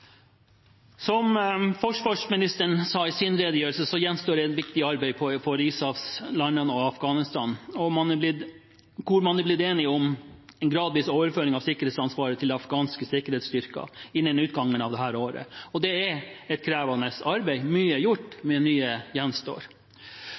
Som forsvarsministeren sa i sin redegjørelse, gjenstår et viktig arbeid for ISAF-landene og Afghanistan, hvor man er blitt enige om en gradvis overføring av sikkerhetsansvaret til afghanske sikkerhetsstyrker innen utgangen av dette året. Det er et krevende arbeid. Mye er gjort,